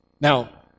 Now